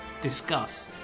discuss